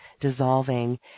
dissolving